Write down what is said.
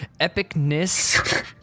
Epicness